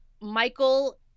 Michael